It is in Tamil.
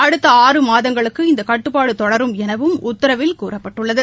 அடுத்த ஆறு மாதங்களுக்கு இந்த கட்டுப்பாடு தொடரும் எனவும் உத்தரவில் கூறப்பட்டுள்ளது